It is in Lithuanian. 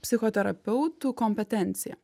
psichoterapeutų kompetencija